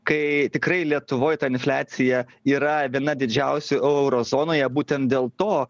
kai tikrai lietuvoj ta infliacija yra viena didžiausių euro zonoje būtent dėl to